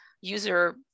User